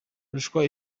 ruswa